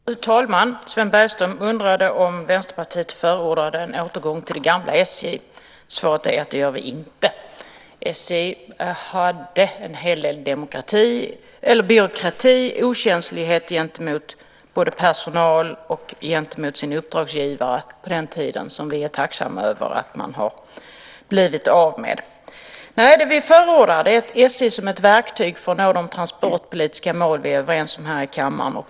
Fru talman! Sven Bergström undrade om Vänsterpartiet förordar en återgång till det gamla SJ. Svaret är att det gör vi inte. SJ hade på den tiden en hel del byråkrati och okänslighet gentemot både personal och gentemot sin uppdragsgivare som vi är tacksamma över att man har blivit av med. Nej, det som vi förordar är ett SJ som ett verktyg för att nå de transportpolitiska mål som vi är överens om här i kammaren.